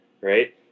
right